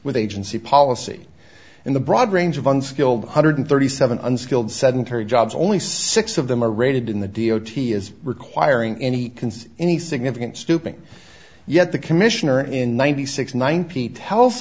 with agency policy in the broad range of unskilled one hundred thirty seven unskilled sedentary jobs only six of them are rated in the d o t is requiring any any significant stooping yet the commissioner in ninety six ninety tells